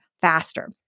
faster